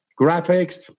graphics